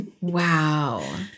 Wow